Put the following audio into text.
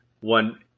one